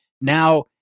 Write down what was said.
now